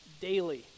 daily